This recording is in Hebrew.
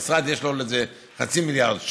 למשרד יש תקציב של חצי מיליארד שקל.